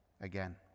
again